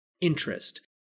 interest